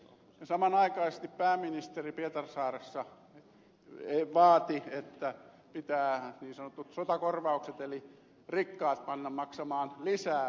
samanaikaisesti pääministeri pietarsaaressa vaati että pitää maksaa niin sanotut sotakorvaukset eli rikkaat panna maksamaan lisää veroja